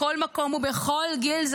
בכל מקום ובכל גיל,